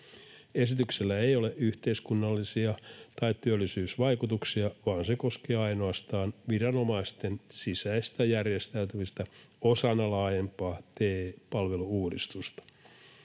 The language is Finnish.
Esityksellä ei ole yhteiskunnallisia tai työllisyysvaikutuksia, vaan se koskee ainoastaan viranomaisten sisäistä järjestäytymistä osana laajempaa TE-palvelu-uudistusta.